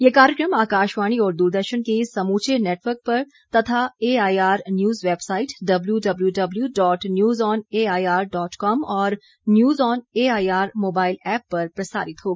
ये कार्यक्रम आकाशवाणी और द्रदर्शन के समूचे नेटवर्क पर तथा AIR news website W W W dot news on AIR dot com और news on AIR mobile app पर प्रसारित होगा